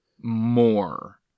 more